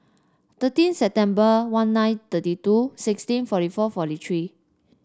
thirteen September one nine thirty two sixteen forty four forty three